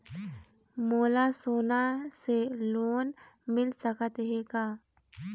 मोला सोना से लोन मिल सकत हे का?